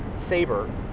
Saber